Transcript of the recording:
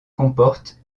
comporte